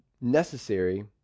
necessary